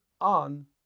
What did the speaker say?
on